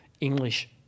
English